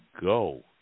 go